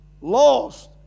lost